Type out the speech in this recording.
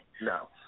No